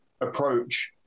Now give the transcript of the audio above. approach